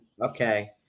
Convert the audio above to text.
Okay